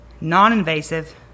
non-invasive